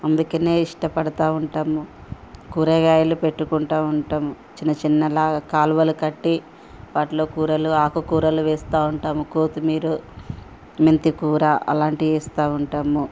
అందుకనే ఇష్టపడతా ఉంటాము కూరగాయలు పెట్టుకుంటా ఉంటాము చిన్న చిన్నలా కాలువలు కట్టి వాటిలో కూరలు ఆకు కూరలు వేస్తా ఉంటాము కోతిమీరు మెంతికూర అలాంటియి వేస్తూ ఉంటాము